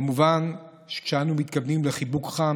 כמובן שכשאנו מתכוונים לחיבוק חם,